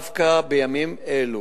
דווקא בימים אלו,